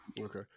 Okay